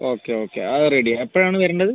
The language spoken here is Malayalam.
ഓക്കെ ഓക്കെ അത് റെഡി ആണ് എപ്പോഴാണ് വരേണ്ടത്